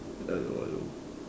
hello hello